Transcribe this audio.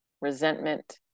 resentment